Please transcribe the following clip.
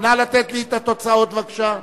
נא לתת לי את התוצאות, בבקשה.